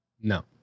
No